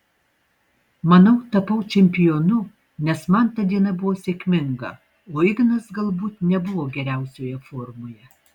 manau tapau čempionu nes man ta diena buvo sėkminga o ignas galbūt nebuvo geriausioje formoje